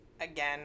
again